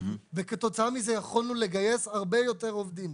כתוצאה מזה יכולנו לגייס הרבה יותר עובדים.